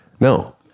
No